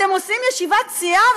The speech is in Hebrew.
אתם עושים ישיבת סיעה,